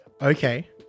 Okay